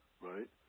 right